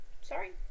Sorry